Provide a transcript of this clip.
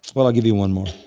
well, i'll give you one more.